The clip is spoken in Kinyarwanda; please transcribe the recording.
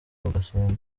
ugusenga